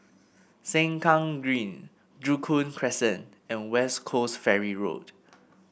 Sengkang Green Joo Koon Crescent and West Coast Ferry Road